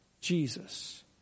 Jesus